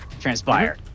transpire